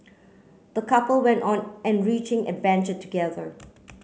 the couple went on enriching adventure together